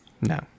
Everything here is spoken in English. No